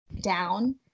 down